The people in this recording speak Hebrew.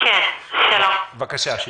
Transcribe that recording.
בבקשה.